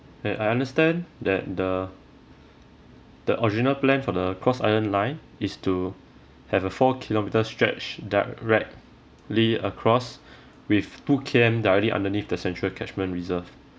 and I understand that the the original plan for the cross island line is to have a four kilometre stretch directly across with two K_M directly underneath the central catchment reserve